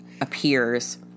appears